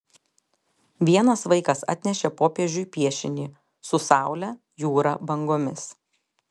vienas vaikas atnešė popiežiui piešinį su saule jūra bangomis